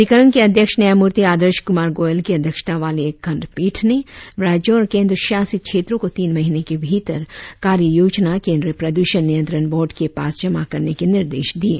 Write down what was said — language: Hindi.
अधिकरण के अध्यक्ष न्यायमूर्ति आदर्श कुमार गोयल की अध्यक्षता वाली एक खंडपीठ ने राज्यों और केंद्र शासित क्षेत्रों को तीन महीने के भीतर कार्य योजना केंद्रीय प्रदूषण नियंत्रण बोर्ड के पास जमा कराने के निर्देश दिये